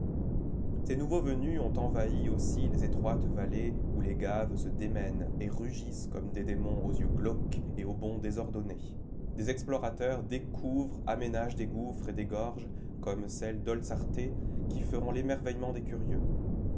ces nouveaux venus ont envahi aussi les étroites vallées où les gaves se démènent et rugissent comme des démons aux yeux glauques et aux bonds désordonnés des explorateurs découvrent aménagent des gouffres et des gorges comme celles d'holçarté qui feront l'émerveillement des curieux